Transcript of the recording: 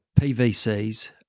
PVCs